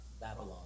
babylon